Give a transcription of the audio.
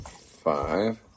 five